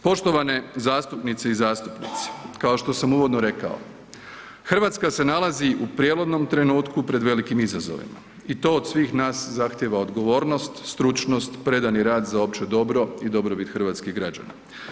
Poštovane zastupnice i zastupnici, kao što sam uvodno rekao, Hrvatska se nalazi u prijelomnom trenutku pred velikim izazovima i to od svih nas zahtijeva odgovornost, stručnost, predani rad za opće dobro i dobrobit hrvatskih građana.